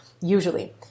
Usually